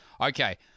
okay